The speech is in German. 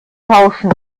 tauschen